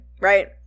right